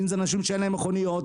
אם זה אנשים שאין להם מכוניות,